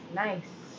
nice